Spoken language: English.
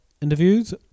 interviews